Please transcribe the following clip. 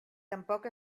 tampoc